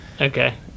okay